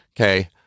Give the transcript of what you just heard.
Okay